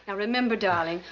ah remember, darling,